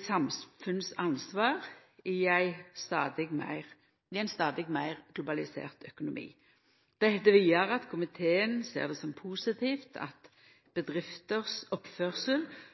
samfunnsansvar i en stadig mer global økonomi». Det heiter vidare at komiteen ser det som positivt at